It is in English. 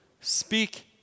speak